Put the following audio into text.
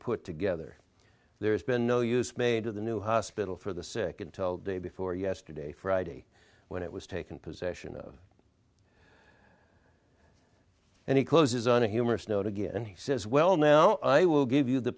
put together there's been no use made to the new hospital for the sick until day before yesterday friday when it was taken possession of and he closes on a humorous note again and he says well now i will give you the